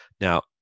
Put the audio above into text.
Now